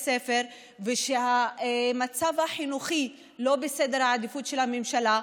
ספר ושהמצב החינוכי לא בסדר העדיפויות של הממשלה,